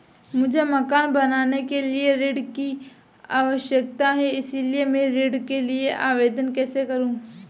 मुझे मकान बनाने के लिए ऋण की आवश्यकता है इसलिए मैं ऋण के लिए आवेदन कैसे करूं?